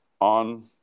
on